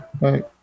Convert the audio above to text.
Right